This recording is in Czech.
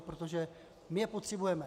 Protože my je potřebujeme.